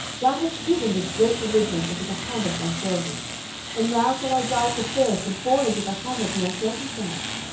thou hast given this great deliverance into the hand of thy servant and now shall i die for thirst, and fall into the hand of the uncircumcised